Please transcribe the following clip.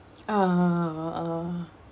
ah ah